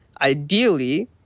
Ideally